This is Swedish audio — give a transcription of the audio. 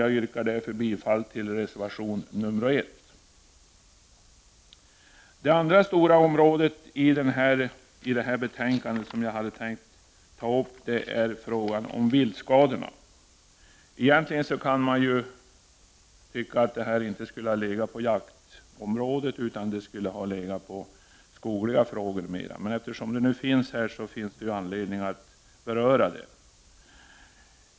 Jag yrkar därför bifall till reservation nr 1. Det andra stora ämnesområde i detta betänkande som jag tänker ta upp är viltskadorna. Egentligen skulle kanske dessa inte ha tagits upp i samband med jaktfrågor utan snarare under skogliga frågor, men eftersom de har behandlats i detta sammanhang skall jag beröra dem här.